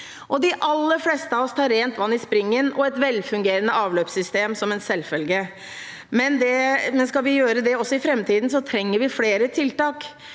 De aller fleste av oss tar rent vann i springen og et velfungerende avløpssystem som en selvfølge, men skal vi gjøre det også i framtiden, trenger vi flere tiltak.